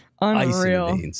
Unreal